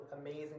amazing